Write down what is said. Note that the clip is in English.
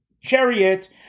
chariot